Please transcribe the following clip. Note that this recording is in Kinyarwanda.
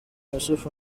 yussuf